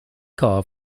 car